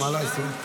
מה לעשות?